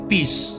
Peace